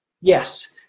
Yes